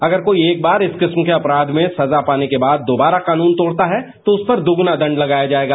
अगर कोई एक बार इस किस्म के अपराध में सजा पाने के बाद दोबारा कानून तोड़ता है तो उस पर दुगुना दंड लगाया जायेगा